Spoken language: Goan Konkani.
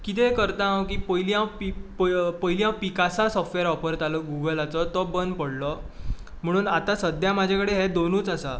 कितें करतां हांव की पयलीं हांव पी पयली हांव पिकासा सॉफ्टवॅर वापरतालों गुगलाचो तो बंद पडलो म्हूण आतां म्हजे कडेन हे दोनूच आसा